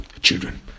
children